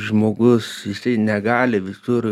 žmogus jisai negali visur